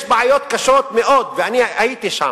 יש בעיות קשות מאוד, ואני הייתי שם,